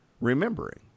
remembering